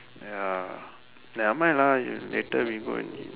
ya nevermind lah later we go and eat